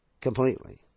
completely